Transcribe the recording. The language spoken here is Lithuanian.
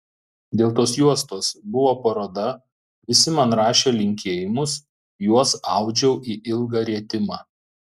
dėl tos juostos buvo paroda visi man rašė linkėjimus juos audžiau į ilgą rietimą